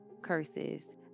curses